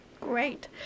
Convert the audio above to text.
great